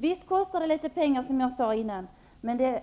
Visst kostar det litet pengar, men jämfört med